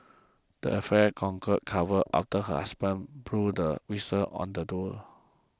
the affair conquer covered after her husband blew the whistle on the Duo